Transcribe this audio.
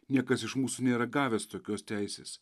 niekas iš mūsų nėra gavęs tokios teisės